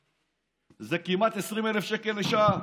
זה כמעט 20,000 שקל לשעה.